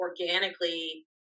organically